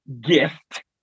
gift